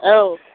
औ